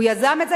הוא יזם את זה,